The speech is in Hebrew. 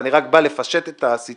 אני רק בא לפשט את הסיטואציה,